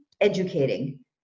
educating